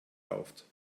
rauft